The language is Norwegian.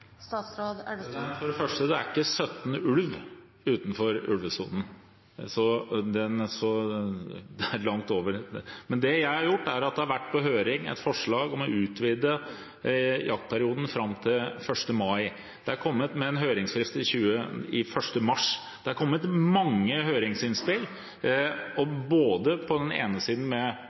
statsråden ikke følger opp Stortingets forlik i denne saken, og nå ser ut til å frede også ulv som er utenfor ulvesonen? For det første er det ikke 17 ulver utenfor ulvesonen – det er langt flere enn det. Det som er gjort, er at det har vært på høring et forslag om å utvide jaktperioden fram til 1. mai, med høringsfrist 1. mars. Det er kommet mange høringsinnspill, på den ene siden